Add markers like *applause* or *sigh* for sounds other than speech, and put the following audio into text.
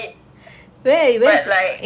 but like no time *laughs*